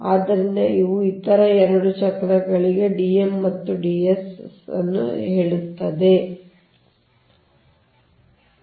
ಆದ್ದರಿಂದ ನೀವು ಇತರ 2 ಚಕ್ರಗಳಿಗೆ ನಿಮ್ಮ Dm ಮತ್ತು Ds ಗಳನ್ನು ಲೆಕ್ಕ ಹಾಕಬೇಕಾಗಿಲ್ಲ